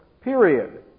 period